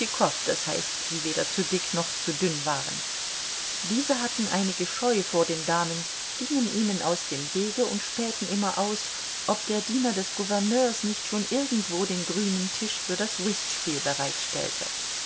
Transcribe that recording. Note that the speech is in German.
das heißt die weder zu dick noch zu dünn waren diese hatten einige scheu vor den damen gingen ihnen aus dem wege und spähten immer aus ob der diener des gouverneurs nicht schon irgendwo den grünen tisch für das whistspiel